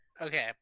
Okay